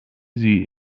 sie